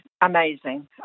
amazing